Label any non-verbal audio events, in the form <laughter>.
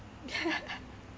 <laughs>